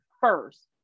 first